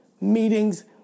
meetings